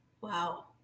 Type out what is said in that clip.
Wow